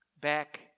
back